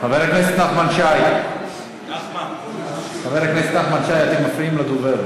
חבר הכנסת נחמן שי, אתם מפריעים לדובר.